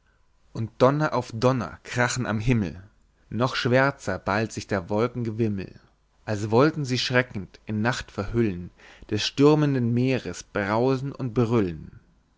und donner auf donner krachen am himmel noch schwärzer ballt sich der wolken gewimmel als wollten sie schreckend in nacht verhüllen des stürmenden meeres brausen und brüllen